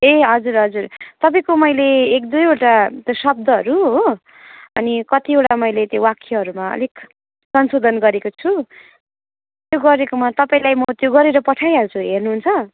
ए हजुर हजुर तपाईँको मैले एक दुईवटा शब्दहरू हो अनि कतिवटा मैले त्यो वाक्यहरूमा अलिक संशोधन गरेको छु त्यो गरेकोमा तपाईँलाई म त्यो गरेर पठाइहाल्छु हेर्नु हुन्छ